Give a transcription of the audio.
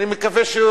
אני מקווה,